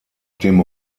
dem